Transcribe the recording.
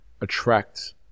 attract